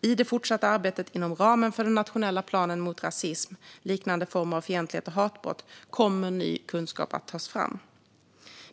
I det fortsatta arbetet inom ramen för den nationella planen mot rasism, liknande former av fientlighet och hatbrott kommer ny kunskap att tas fram.